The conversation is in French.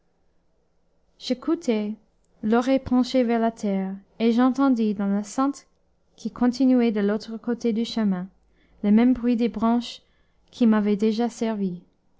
j'écoutai l'oreille penchée vers la terre et j'entendis dans la sente qui continuait de l'autre côté du chemin le même bruit de branches qui m'avait déjà servi